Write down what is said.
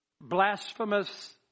Blasphemous